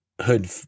Hood